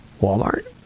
Walmart